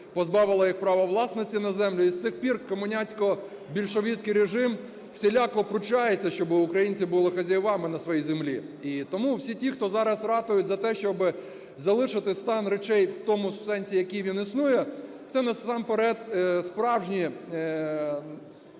позбавила їх права власності на землю, і з тих пір комуняцько-більшовицький режим всіляко пручається, щоб українці були хазяєвами на своїй землі. І тому всі ті, хто зараз ратують за те, щоби залишити стан речей в тому сенсі, якому він існує, це насамперед справжні